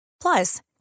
Plus